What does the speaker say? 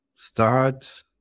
start